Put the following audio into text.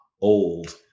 old